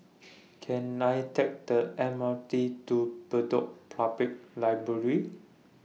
Can I Take The M R T to Bedok Public Library